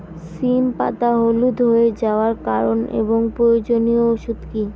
সিম পাতা হলুদ হয়ে যাওয়ার কারণ এবং প্রয়োজনীয় ওষুধ কি?